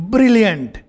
Brilliant